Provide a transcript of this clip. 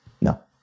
No